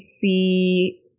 see